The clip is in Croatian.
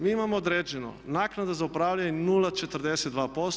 Mi imamo određeno naknada za upravljanje 0,42%